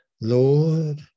lord